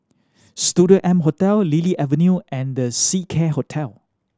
Studio M Hotel Lily Avenue and The Seacare Hotel